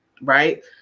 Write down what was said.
right